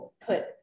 put